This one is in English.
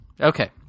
Okay